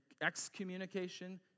Excommunication